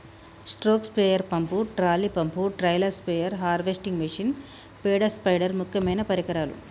stroke sprayer pump, trolley pump, trailer spare, harvesting machine, పేడ spider ముక్యమైన పరికరాలు